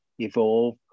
evolve